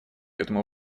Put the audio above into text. этому